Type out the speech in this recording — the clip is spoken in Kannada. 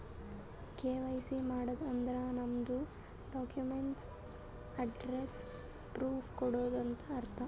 ಕೆ.ವೈ.ಸಿ ಮಾಡದ್ ಅಂದುರ್ ನಮ್ದು ಡಾಕ್ಯುಮೆಂಟ್ಸ್ ಅಡ್ರೆಸ್ಸ್ ಪ್ರೂಫ್ ಕೊಡದು ಅಂತ್ ಅರ್ಥ